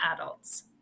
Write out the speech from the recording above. adults